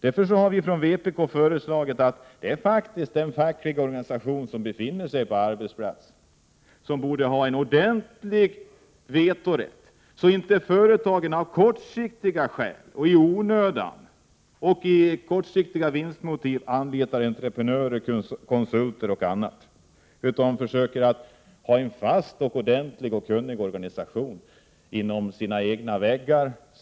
Vi har från vpk föreslagit att den fackliga organisation som befinner sig på arbetsplatsen borde ha en ordentlig vetorätt, så att företagen inte i onödan och med kortsiktiga vinstmotiv anlitar entreprenörer, konsulter och annat utan försöker ha en fast och kunnig organisation inom sina egna väggar.